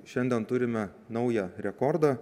šiandien turime naują rekordą